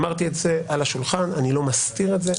אמרתי את זה על השולחן, אני לא מסתיר את זה.